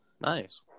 Nice